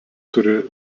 turi